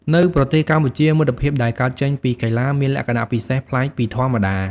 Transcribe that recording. នៅប្រទេសកម្ពុជា មិត្តភាពដែលកើតចេញពីកីឡាមានលក្ខណៈពិសេសប្លែកពីធម្មតា។